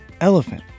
Elephant